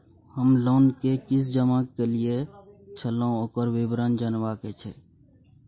हम लोन के किस्त जमा कैलियै छलौं, ओकर विवरण जनबा के छै?